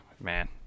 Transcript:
man